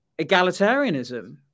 egalitarianism